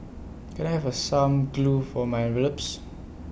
can I have A some glue for my envelopes